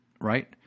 right